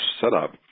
setup